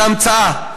זו המצאה.